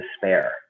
despair